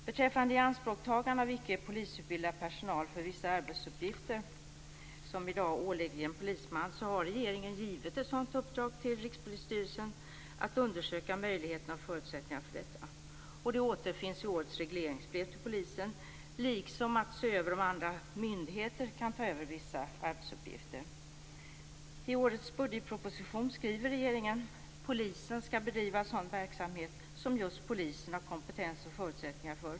Beträffande ianspråktagande av icke polisutbildad personal för vissa arbetsuppgifter som i dag åligger en polisman har regeringen givit Rikspolisstyrelsen i uppdrag att undersöka möjligheterna och förutsättningarna för detta. Det återfinns i årets regleringsbrev till polisen, liksom att se över om andra myndigheter kan ta över vissa arbetsuppgifter. I årets budgetproposition skriver regeringen att polisen skall bedriva sådan verksamhet som just polisen har kompetens och förutsättningar för.